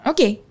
Okay